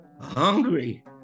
hungry